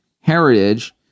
heritage